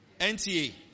NTA